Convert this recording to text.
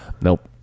Nope